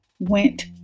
went